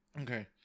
Okay